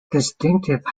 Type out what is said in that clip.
distinctive